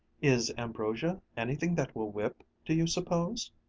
is ambrosia anything that will whip, do you suppose?